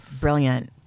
brilliant